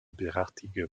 derartige